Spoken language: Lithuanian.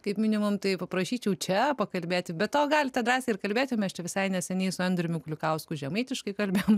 kaip minimum tai paprašyčiau čia pakalbėti be to galite drąsiai ir kalbėti mes čia visai neseniai su andriumi kulikausku žemaitiškai kalbėjom